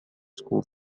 school